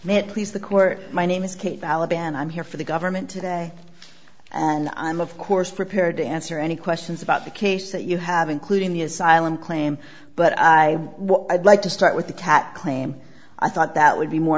met please the court my name is kate alabama i'm here for the government today and i'm of course prepared to answer any questions about the case that you have including the asylum claim but i what i'd like to start with the cat claim i thought that would be more